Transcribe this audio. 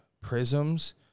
prisms